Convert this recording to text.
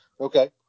Okay